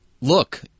look